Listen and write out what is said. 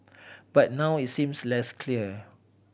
but now it's seems less clear